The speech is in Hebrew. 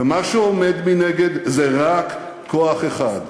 ומה שעומד מנגד זה רק כוח אחד: